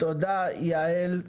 תודה, יעל.